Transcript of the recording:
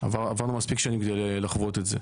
עברנו מספיק שנים בשביל לחוות את זה.